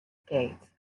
skates